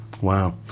Wow